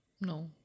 No